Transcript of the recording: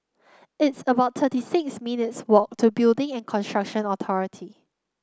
it's about thirty six minutes' walk to Building and Construction Authority